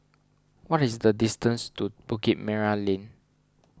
what is the distance to Bukit Merah Lane